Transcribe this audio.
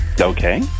Okay